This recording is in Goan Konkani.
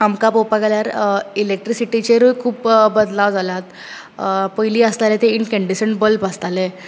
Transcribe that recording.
आमकां पळोवपाक गेल्यार इलेक्ट्रिसिटीचेरुय खुब्ब बदलाव जाल्यात पयली आसताले ते इनकैंडीसेंट बल्ब आसताले